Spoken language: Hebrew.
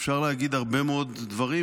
שאפשר להגיד הרבה מאוד דברים,